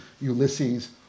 *Ulysses*